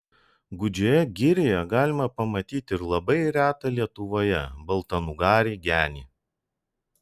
gūdžioje girioje galima pamatyti ir labai retą lietuvoje baltnugarį genį